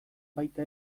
baita